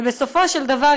ובסופו של דבר,